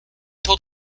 told